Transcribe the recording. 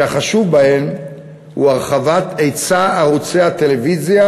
שהחשוב בהם הוא הרחבת היצע ערוצי הטלוויזיה